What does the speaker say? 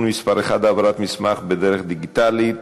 מס' 10) (העברת מסמך בדרך דיגיטלית),